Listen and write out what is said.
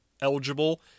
eligible –